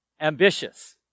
ambitious